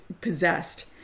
possessed